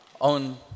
on